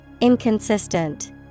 Inconsistent